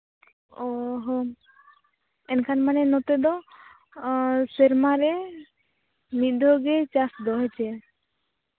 ᱚ ᱦᱚᱸ ᱮᱱᱠᱷᱟᱱ ᱢᱟᱱᱮ ᱱᱚᱛᱮ ᱫᱚ ᱚ ᱥᱮᱨᱢᱟ ᱨᱮ ᱢᱤᱫ ᱫᱷᱟᱣ ᱜᱮ ᱪᱟᱥ ᱫᱚ ᱦᱮᱸ ᱥᱮ